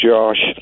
Josh